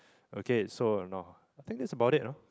okay so no I think that's about it uh